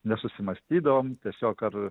nesusimąstydavom tiesiog ar